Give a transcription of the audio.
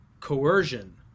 coercion